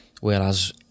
whereas